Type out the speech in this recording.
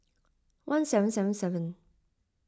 one seven seven seven